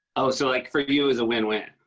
oh, so, like, for you it was a win-win?